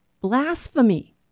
blasphemy